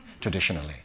traditionally